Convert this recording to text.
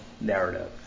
narrative